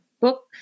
book